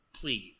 please